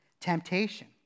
temptation